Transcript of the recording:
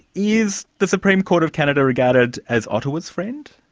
is the supreme court of canada regarded as ottawa's friend?